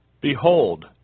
Behold